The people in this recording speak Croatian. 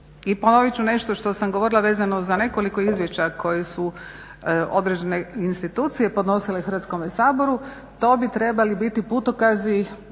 I ponovit ću nešto što sam govorila vezano za nekoliko izvješća koje su određene institucije podnosile Hrvatskome saboru. To bi trebali biti putokazi